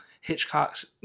Hitchcock's